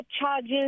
charges